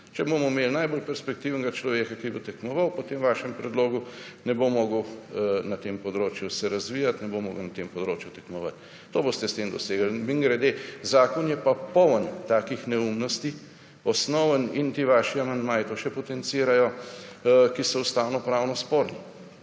Če bomo imel najbolj perspektivnega človeka, ki bo tekmoval, po tem vašem predlogu ne bo mogel na tem področju se razvijati, ne bo mogel na tem področju tekmovati. To boste s tem dosegli. Mimogrede zakon je popoln takih neumnosti osnoven in ti vaši amandmaji pa še potencirajo, ki so ustavno pravno sporni.